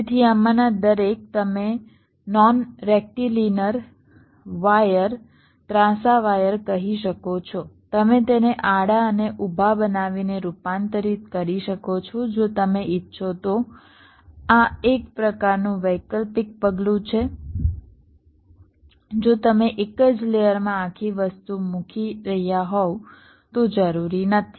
તેથી આમાંના દરેક તમે નોન રેક્ટિલિનર વાયર ત્રાંસા વાયર કહી શકો છો તમે તેને આડા અને ઊભા બનાવીને રૂપાંતરિત કરી શકો છો જો તમે ઇચ્છો તો આ એક વૈકલ્પિક પગલું છે જો તમે એક જ લેયરમાં આખી વસ્તુ મૂકી રહ્યા હોવ તો જરૂરી નથી